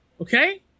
Okay